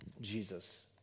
Jesus